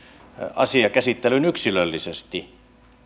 asia käsittelyyn yksilöllisesti